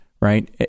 right